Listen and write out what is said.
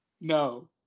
no